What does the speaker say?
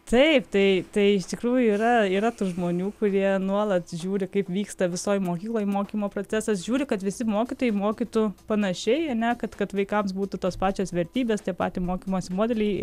taip tai tai iš tikrųjų yra yra yra tų žmonių kurie nuolat žiūri kaip vyksta visoj mokykloj mokymo procesas žiūri kad visi mokytojai mokytų panašiai ane kad kad vaikams būtų tos pačios vertybės tie patį mokymosi modelį